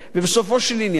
בסופו של עניין,